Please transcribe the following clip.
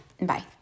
Bye